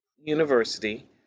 University